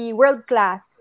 world-class